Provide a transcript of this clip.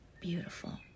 Beautiful